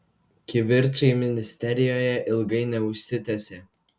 kivirčai ministerijoje ilgai neužsitęsė